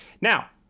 Now